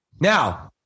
Now